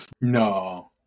No